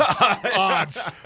Odds